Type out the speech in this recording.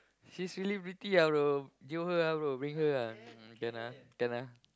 she's really pretty ah bro jio her ah bro bring her ah can ah can ah